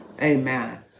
amen